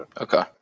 Okay